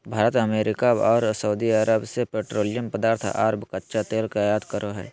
Bharat America आर Saudi Arabia से petroleum पदार्थ आर कच्चा तेल के आयत करो हय